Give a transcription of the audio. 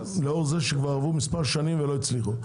לאור זה שעברו מספר שנים ולא הצליחו.